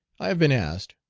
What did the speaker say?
i have been asked,